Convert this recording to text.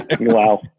Wow